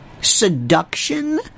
Seduction